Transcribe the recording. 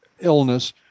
illness